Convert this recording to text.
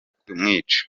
kumwica